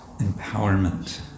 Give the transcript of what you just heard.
empowerment